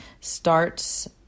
starts